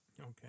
Okay